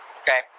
okay